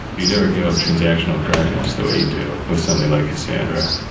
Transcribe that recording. but you never give up transactional correctness the way you do with something like cassandra.